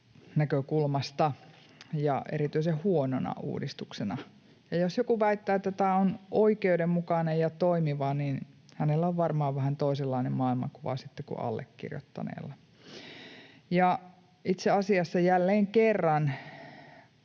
näkökulmasta ja erityisen huonona uudistuksena. Jos joku väittää, että tämä on oikeudenmukainen ja toimiva, niin hänellä on varmaan sitten vähän toisenlainen maailmankuva kuin allekirjoittaneella. Itse asiassa jälleen kerran